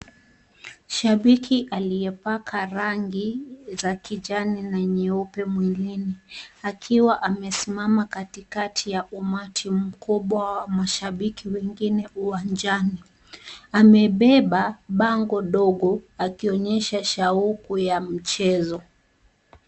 Shabiki aliyepaka rangi za kijani na nyeupe mwilini, akiwa amesimama katikati ya umati mkubwa wa mashabiki wengine uwanjani. Amebeba bango dogo akionyesha shauku ya mchezo.